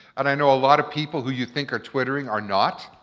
and i know a lot of people who you think are twittering are not.